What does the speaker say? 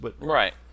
Right